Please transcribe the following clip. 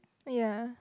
uh ya